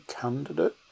candidate